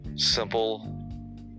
simple